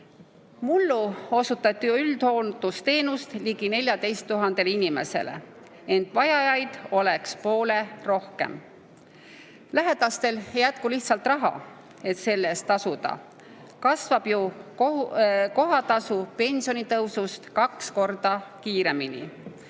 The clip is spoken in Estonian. Mullu osutati üldhooldusteenust ligi 14 000 inimesele, ent selle vajajaid oleks poole rohkem. Lähedastel ei jätku lihtsalt raha, et selle eest tasuda. Kasvab ju kohatasu pensionitõusust kaks korda kiiremini.